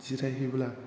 जिरायहैब्ला